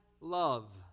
love